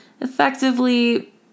effectively